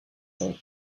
sont